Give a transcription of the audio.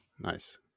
Nice